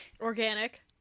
organic